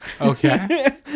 Okay